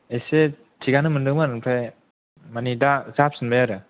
एसे थिगानो मोनदोंमोन ओमफ्राय माने दा जाफिनबाय आरो